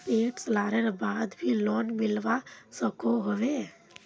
सैट सालेर बाद भी लोन मिलवा सकोहो होबे?